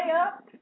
up